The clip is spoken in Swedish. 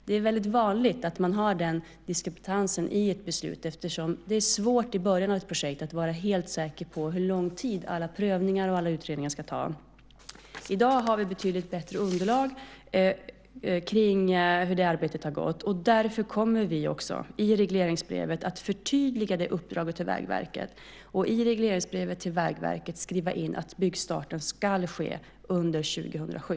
Det är väldigt vanligt att man har det intervallet i ett beslut eftersom det i början av ett projekt är svårt att vara helt säker på hur lång tid alla prövningar och utredningar ska ta. I dag har vi ett betydligt bättre underlag om hur det arbetet har gått. Därför kommer vi också i regleringsbrevet att förtydliga uppdraget till Vägverket. I regleringsbrevet till Vägverket skriver vi in att byggstarten skall ske under 2007.